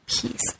peace